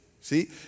See